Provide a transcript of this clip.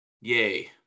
yay